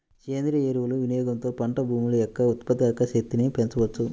సేంద్రీయ ఎరువుల వినియోగంతో పంట భూముల యొక్క ఉత్పాదక శక్తిని పెంచవచ్చు